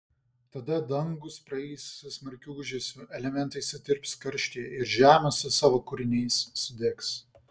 tada dangūs praeis su smarkiu ūžesiu elementai sutirps karštyje ir žemė su savo kūriniais sudegs